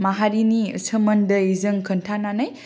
माहारिनि सोमोन्दै जों खिनथानानै